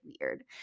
weird